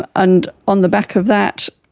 ah and on the back of that,